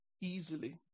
easily